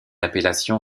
appellation